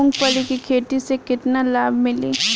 मूँगफली के खेती से केतना लाभ मिली?